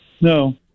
No